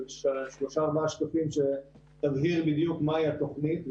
שלושה-ארבעה שקפים שתבהיר בדיוק מהי התוכנית.